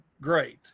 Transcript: great